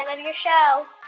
and and your show.